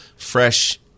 Fresh